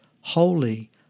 holy